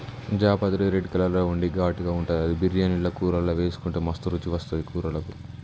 జాపత్రి red colour లో ఉండి ఘాటుగా ఉంటది అది బిర్యానీల కూరల్లా వేసుకుంటే మస్తు రుచి వస్తది కూరలకు